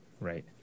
Right